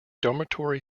dormitory